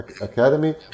Academy